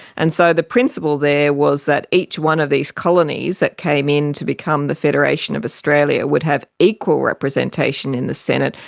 and so the principle there was that each one of these colonies that came into become the federation of australia would have equal representation in the senate,